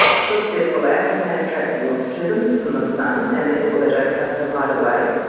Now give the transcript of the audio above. because they are black and they attract warmth to them from the sun and therefore they don't have to hide away.